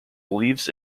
beliefs